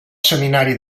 seminari